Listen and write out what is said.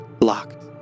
Locked